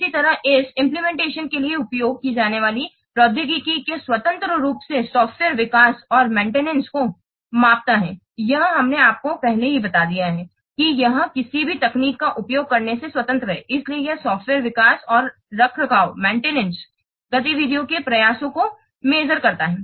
इसी तरह यह इम्प्लीमेंटेशन के लिए उपयोग की जाने वाली प्रौद्योगिकी के स्वतंत्र रूप से सॉफ्टवेयर विकास और रखरखाव को मापता है यह हमने आपको पहले ही बता दिया है कि यह किसी भी तकनीक का उपयोग करने से स्वतंत्र है इसीलिए यह सॉफ्टवेयर विकास और रखरखाव गतिविधियों के प्रयासों को माप सकता है